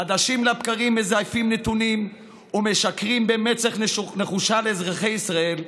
חדשים לבקרים מזייפים נתונים ומשקרים במצח נחושה לאזרחי ישראל,